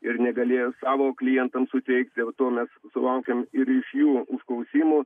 ir negalėjo savo klientams suteikti dėl to mes sulaukėm ir iš jų užklausimų